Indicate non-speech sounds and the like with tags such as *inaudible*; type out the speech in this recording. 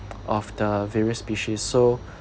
of the various species so *breath*